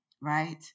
right